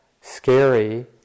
scary